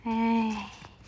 !hais!